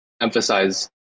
emphasize